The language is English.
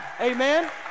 Amen